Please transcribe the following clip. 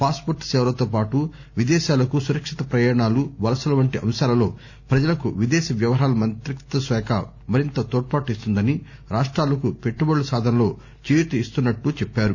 pass port సేవలతో పాటూ విదేశాలకు సురక్షిత పయాణాలు వలసలు వంటి అంశాలలో పజలకు విదేశ వ్యవహారాల శాఖ మరింత తోడ్పాటు ఇస్తుందని రాష్ట్రాలకు పెట్టుబడుల సాధనలో చేయూత ఇవ్వనున్నట్లు తెలిపారు